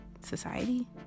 society